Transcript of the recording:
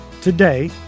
Today